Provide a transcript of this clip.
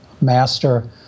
master